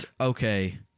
okay